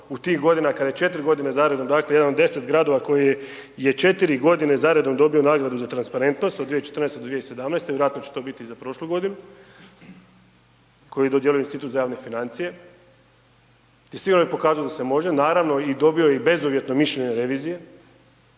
u tih godina, kad je 4 godine zaredom, dakle, jedan od 10 gradova koje je 4 godine zaredom dobio nagradu za transparentnost, od 2014. do 2017., vjerojatno će to biti i za prošlu godinu, koji dodjeljuje Institut za javne financije i svi oni pokazuju da se može, naravno, i dobio je bezuvjetno mišljenje revizije,